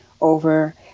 over